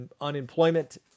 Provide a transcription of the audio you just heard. unemployment